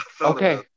Okay